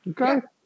Okay